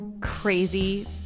crazy